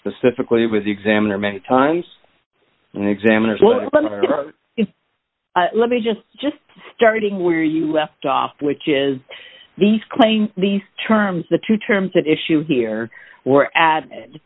specifically with the examiner many times and examiners well let me just just starting where you left off which is these claims these terms the two terms at issue here or add